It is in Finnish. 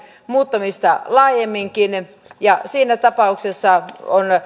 muuttamista laajemminkin ja siinä tapauksessa